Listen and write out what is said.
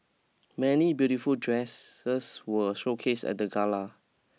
many beautiful dresses were showcased at the gala